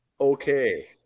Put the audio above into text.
Okay